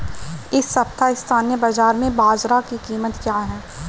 इस सप्ताह स्थानीय बाज़ार में बाजरा की कीमत क्या है?